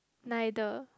neither